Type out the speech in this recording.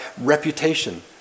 reputation